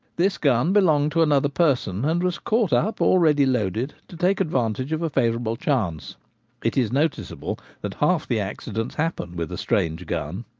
this gun belonged to another person, and was caught up, already loaded, to take advantage of a favourable chance it is noticeable that half the accidents happen with a strange gun.